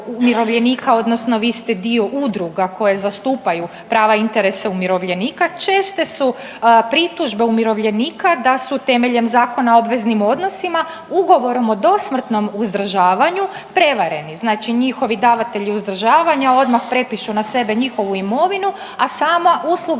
odnosno vi ste dio udruga koje zastupaju prava i interese umirovljenika, česte su pritužbe umirovljenika da su temeljem Zakona o obveznim odnosima ugovorom o dosmrtnom uzdržavanju prevareni, znači njihovi davatelji uzdržavanja odmah prepišu na sebe njihovu imovinu, a sama usluga